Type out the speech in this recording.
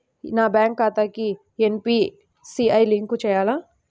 నా బ్యాంక్ ఖాతాకి NPCI link చేయాలా?